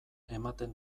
ematen